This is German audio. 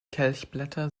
kelchblätter